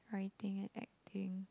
writing and acting